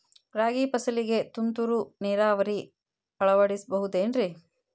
ರಾಗಿ ಫಸಲಿಗೆ ತುಂತುರು ನೇರಾವರಿ ಅಳವಡಿಸಬಹುದೇನ್ರಿ?